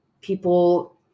people